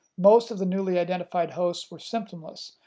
most of the newly identified hosts were symptomless,